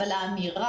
אבל חשוב שהאמירה: